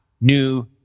new